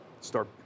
start